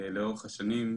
לאורך השנים,